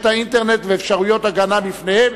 האינטרנט ואפשרויות ההגנה מפניהם).